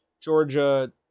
Georgia